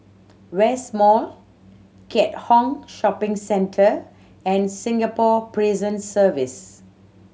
West Mall Keat Hong Shopping Centre and Singapore Prison Service